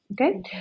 Okay